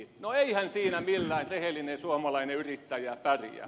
no eihän siinä millään rehellinen suomalainen yrittäjä pärjää